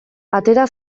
atera